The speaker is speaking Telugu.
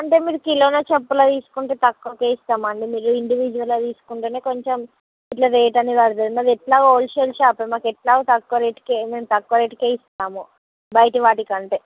అంటే మీరు కిలోల చొప్పున తీసుకుంటే తక్కువకే ఇస్తాము అండి మీరు ఇండివీడ్యువల్గా తీసుకుంటేనే ఇలా రేట్ అనేది పడుతుంది మాది ఎట్లాగో హోల్సేల్ షాపే మాకి ఎలాగో తక్కువ రేట్కే మేము తక్కువ రేట్కే ఇస్తాము బయటవాటి కంటే